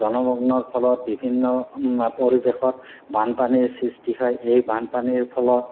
জনমগ্নৰ ফলত বিভিন্ন পৰিৱেশত বানপানীৰ সৃষ্টি হয় এই বানপানীৰ ফলত